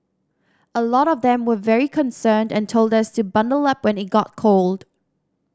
a lot of them were very concerned and told us to bundle up when it got cold